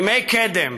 בימי קדם